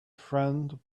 friend